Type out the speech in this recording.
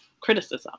criticism